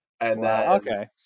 Okay